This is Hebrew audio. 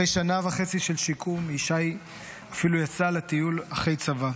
אחרי שנה וחצי של שיקום ישי אפילו יצא לטיול אחרי צבא.